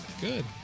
Good